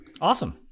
Awesome